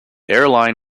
airline